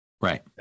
right